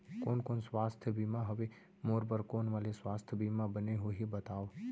कोन कोन स्वास्थ्य बीमा हवे, मोर बर कोन वाले स्वास्थ बीमा बने होही बताव?